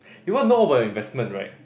you want to know about your investment right